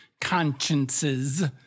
consciences